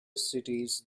cities